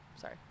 sorry